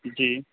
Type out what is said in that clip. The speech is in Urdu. جی